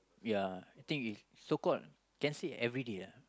ya I think is called so called can say everyday lah